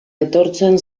etortzen